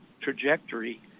trajectory